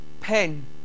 pen